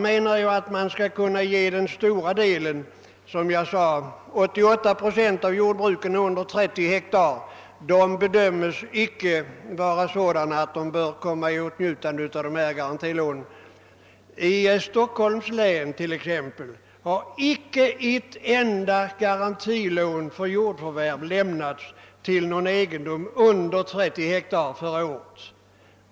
Den största delen av jordbruken, inte mindre än 88 procent, är sådana som har mindre än 30 hektar, och de bedömes tyvärr ofta vara av det slaget att de icke bör komma i åtnjutande av garantilån. Förra året lämnades t.ex. i Stockholms län inte ett enda garantilån för jordförvärv till egendomar under 30 hektar.